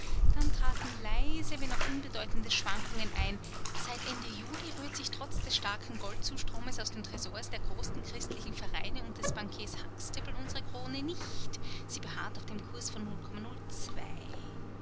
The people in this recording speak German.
dann traten leise wenn auch unbedeutende schwankungen ein seit ende juli rührt sich trotz des starken goldzustromes aus den tresors der großen christlichen vereine und des bankiers huxtable unsere krone nicht sie beharrt auf dem kurs von